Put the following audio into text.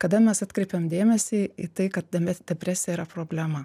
kada mes atkreipiam dėmesį į tai kad deme depresija yra problema